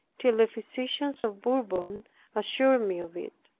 till the physicians of bourbon assured me of it.